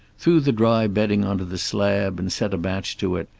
threw the dry bedding onto the slab and set a match to it,